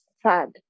sad